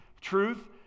truth